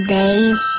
days